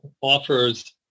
offers